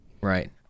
right